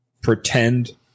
pretend